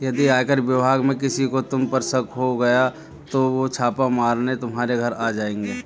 यदि आयकर विभाग में किसी को तुम पर शक हो गया तो वो छापा मारने तुम्हारे घर आ जाएंगे